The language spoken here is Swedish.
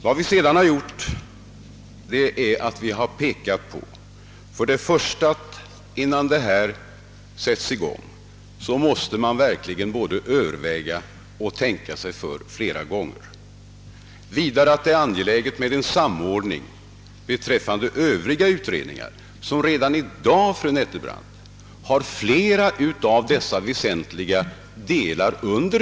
Jag har påpekat att man innan denna utredning sätts i gång måste tänka sig för. Det är vidare angeläget med en samordning beträffande övriga utredningar, vilka redan i dag, fru Nettelbrandt, behandlar flera av dessa väsentliga problem.